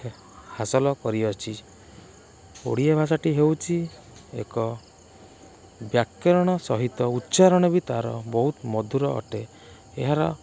ହାସଲ କରିଅଛି ଓଡ଼ିଆ ଭାଷାଟି ହେଉଛି ଏକ ବ୍ୟାକରଣ ସହିତ ଉଚ୍ଚାରଣ ବି ତାର ବହୁତ ମଧୁର ଅଟେ ଏହାର